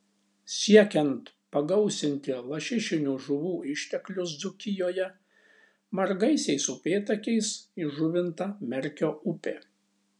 siekiant pagausinti lašišinių žuvų išteklius dzūkijoje margaisiais upėtakiais įžuvinta merkio upė